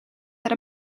that